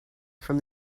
from